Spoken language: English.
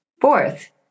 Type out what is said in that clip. Fourth